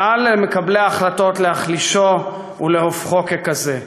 ואל למקבלי ההחלטות להחלישו או להופכו לכזה.